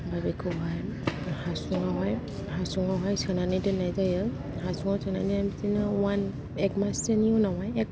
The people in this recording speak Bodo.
ओमफाय बेखौहाय हासुंआवहाय सोनानै दोननाय जायो हासुंआव सोनानै बिदिनो एक मास सोनि उनावहाय